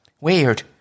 weird